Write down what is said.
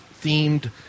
themed